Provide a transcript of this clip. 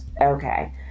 okay